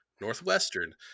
Northwestern